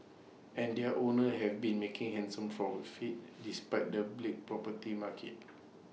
and their owners have been making handsome profits despite the bleak property market